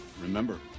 Remember